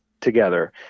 together